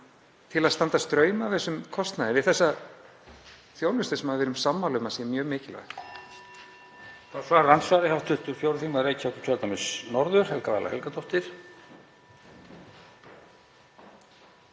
til að standa straum af kostnaði við þessa þjónustu sem við erum sammála um að sé mjög mikilvæg?